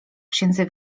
księdze